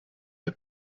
der